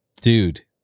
dude